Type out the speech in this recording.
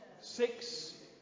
six